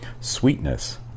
sweetness